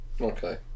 Okay